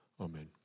amen